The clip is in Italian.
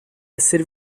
essere